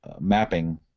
mapping